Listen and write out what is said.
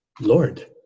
Lord